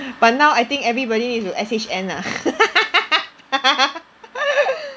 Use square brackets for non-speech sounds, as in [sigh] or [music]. but now I think everybody is S_H_N lah [laughs]